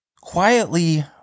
quietly